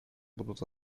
будут